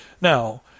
Now